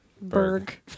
Berg